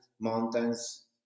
mountains